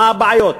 מה הן הבעיות,